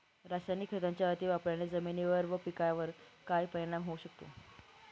रासायनिक खतांच्या अतिवापराने जमिनीवर व पिकावर काय परिणाम होऊ शकतो?